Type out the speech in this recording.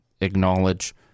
acknowledge